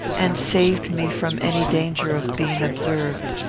and saved me from any danger of being observed.